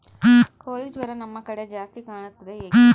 ಕೋಳಿ ಜ್ವರ ನಮ್ಮ ಕಡೆ ಜಾಸ್ತಿ ಕಾಣುತ್ತದೆ ಏಕೆ?